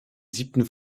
siebten